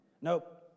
Nope